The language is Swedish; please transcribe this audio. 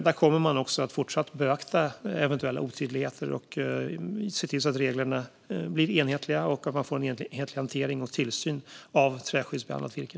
Där kommer man fortsatt att beakta eventuella otydligheter och se till att reglerna blir enhetliga och att man får en enhetlig hantering och tillsyn av träskyddsbehandlat virke.